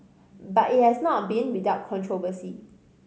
but it has not been without controversy